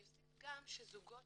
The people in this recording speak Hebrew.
אני אוסיף גם שזוגות